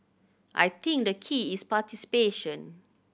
I think the key is participation